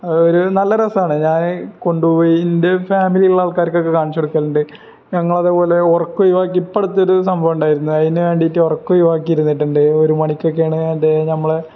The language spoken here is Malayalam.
അത് ഒരു നല്ല രസമാണ് ഞാൻ കൊണ്ടുപോയി എൻ്റെ ഫാമിലിയിലുള്ള ആൾക്കാർക്കൊക്കെ കാണിച്ചുകൊടുക്കലുണ്ട് ഞങ്ങളതുപോലെ ഉറക്കം ഒഴിവാക്കി ഇപ്പോള് അടുത്തൊരു സംഭവമുണ്ടായിരുന്നു അതിന് വേണ്ടിയിട്ട് ഉറക്കമൊഴിവാക്കി ഇരുന്നിട്ടുണ്ട് ഒരു മണിക്കൊക്കെ ആണെന്നുണ്ടെങ്കില് ഞങ്ങള്